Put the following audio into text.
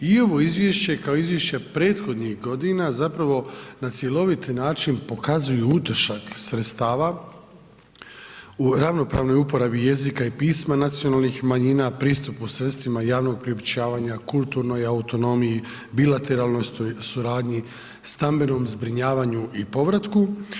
I ovo izvješće kao i izvješća prethodnih godina zapravo na cjelovit način pokazuju utrošak sredstava u ravnopravnoj uporabi jezika i pisma nacionalnih manjina, pristupu sredstvima javnog priopćavanja, kulturnoj autonomiji, bilateralnoj suradnji, stambenom zbrinjavanju i povratku.